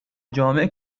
جامع